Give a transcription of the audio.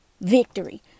victory